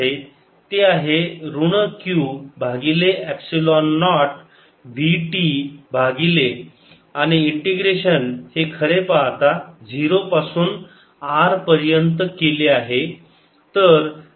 ते आहे ऋण q भागिले एपसिलोन नॉट v t भागिले आणि इंटिग्रेशन हे खरे पाहता 0 पासून R पर्यंत केले आहे